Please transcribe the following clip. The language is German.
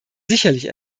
sicherlich